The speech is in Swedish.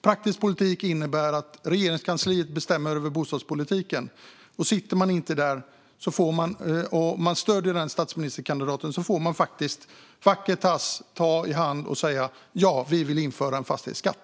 Praktisk politik innebär att Regeringskansliet bestämmer över bostadspolitiken, och stöder man den statsministerkandidaten får man vackert ta i hand och säga: Ja, vi vill införa en fastighetsskatt.